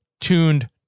tuned